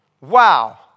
Wow